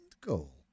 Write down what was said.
goal